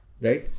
Right